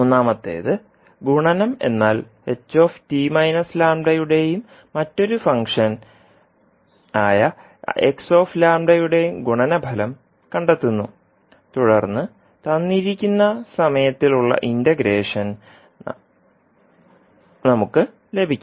മൂന്നാമത്തേത് ഗുണനം എന്നാൽ യുടെയും മറ്റൊരു ഫംഗ്ഷൻ ആയ യുടെയും ഗുണനഫലം കണ്ടെത്തുന്നു തുടർന്ന് തന്നിരിക്കുന്ന സമയത്തിൽ ഉള്ള ഇന്റേഗ്രഷൻ നമുക്ക് ലഭിക്കും